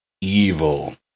evil